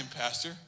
Pastor